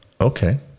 Okay